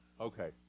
Okay